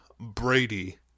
Brady